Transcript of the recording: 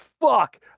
Fuck